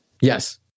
Yes